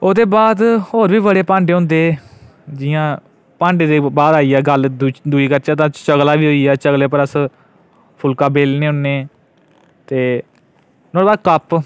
ओह्दे बाद होर बी बड़े भांडे होंदे जि'यां भांडे दे बाद आई गेआ गल्ल दूई दूई करचै ते चकला बी होई गेआ चकले उप्पर अस फुलका बेलने होन्ने ते नुआढ़े बाद कप्प